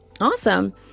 Awesome